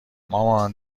مامان